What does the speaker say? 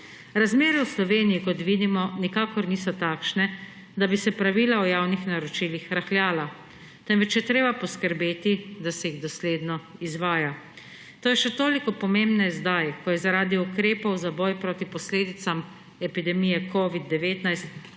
Razmere v Sloveniji, kot vidimo, nikakor niso takšne, da bi se pravila o javnih naročilih rahljala, temveč je treba poskrbeti, da se jih dosledno izvaja. To je še toliko pomembneje, zdaj ko je zaradi ukrepov za boj proti posledicam epidemije covida-19 povečana